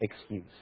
excuse